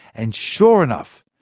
and sure enough,